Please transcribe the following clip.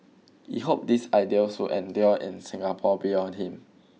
he hoped these ideals would endure in Singapore beyond him